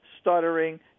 stuttering